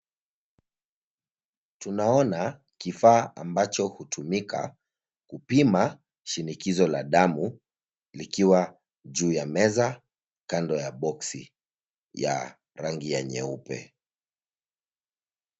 Tunaona kifaa ambacho hutumika kupima shinikizo la damu likiwa juu ya meza, kando ya boksi ya rangi ya nyeupe.